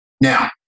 Now